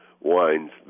wines